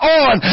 on